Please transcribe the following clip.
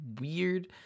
weird